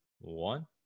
one